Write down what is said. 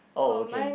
oh okay